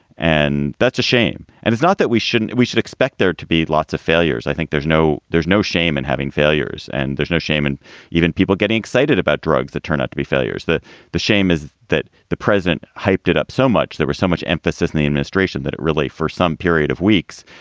and that's a shame. and it's not that we shouldn't we should expect there to be lots of failures. i think there's no there's no shame in having failures and there's no shame. and even people getting excited about drugs that turn out to be failures, that the shame is that the president hyped it up so much. there was so much emphasis in the administration that it really for some period of weeks,